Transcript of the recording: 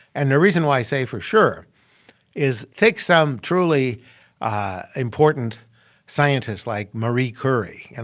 and the reason why i say for sure is take some truly important scientist like marie curie. and